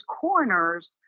coroners